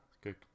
Good